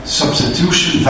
substitution